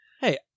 Hey